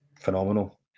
phenomenal